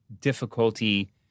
difficulty